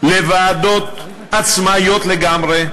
לוועדות עצמאיות לגמרי,